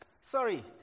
sorry